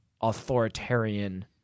authoritarian